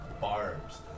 barbs